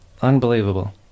unbelievable